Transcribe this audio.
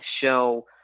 show